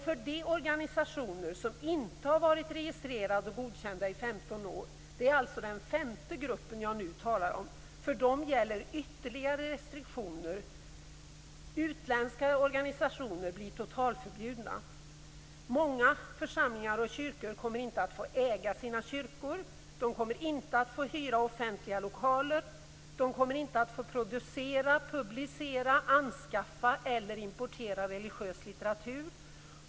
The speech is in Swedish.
För den femte kategorin, de organisationer som inte varit registrerade, gäller ytterligare restriktioner. Utländska organisationer blir totalförbjudna. Många församlingar kommer inte att få äga sina kyrkor. De kommer inte att få hyra offentliga lokaler. De kommer inte att få producera, publicera, anskaffa eller importera religiös litteratur.